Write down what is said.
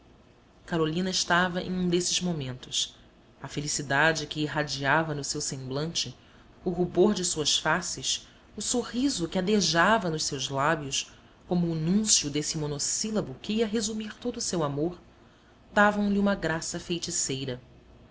carolina estava em um desses momentos a felicidade que irradiava no seu semblante o rubor de suas faces o sorriso que adejava nos seus lábios como o núncio desse monossílabo que ia resumir todo o seu amor davam-lhe uma graça feiticeira